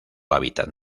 hábitat